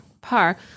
par